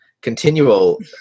continual